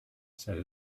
said